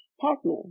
partner